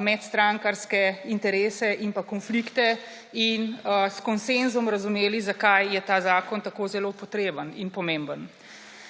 medstrankarske interese in konflikte in s konsenzom razumeli, zakaj je ta zakon tako zelo potreben in pomemben.